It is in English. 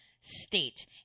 state